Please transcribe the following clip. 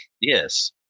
Yes